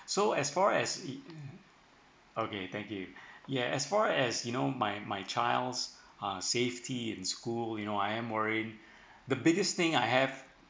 so as far as it mm okay thank you ya as far as you know my my child ah safety in school you know I am worry the biggest thing I have